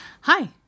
Hi